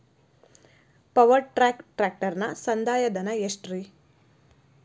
Power track ಟ್ರ್ಯಾಕ್ಟರನ ಸಂದಾಯ ಧನ ಎಷ್ಟ್ ರಿ?